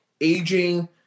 aging